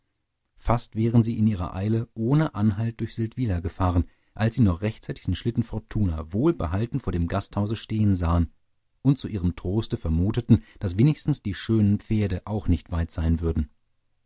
fast wären sie in ihrer eile ohne anhalt durch seldwyla gefahren als sie noch rechtzeitig den schlitten fortuna wohlbehalten vor dem gasthause stehen sahen und zu ihrem troste vermuteten daß wenigstens die schönen pferde auch nicht weit sein würden